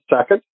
second